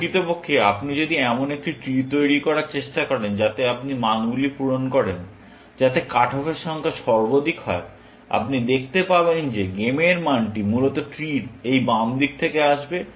প্রকৃতপক্ষে আপনি যদি এমন একটি ট্রি তৈরি করার চেষ্টা করেন যাতে আপনি মানগুলি পূরণ করেন যাতে কাট অফের সংখ্যা সর্বাধিক হয় আপনি দেখতে পাবেন যে গেমের মানটি মূলত ট্রি র এই বাম দিক থেকে আসবে